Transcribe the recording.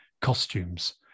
costumes